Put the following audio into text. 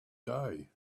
day